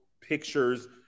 pictures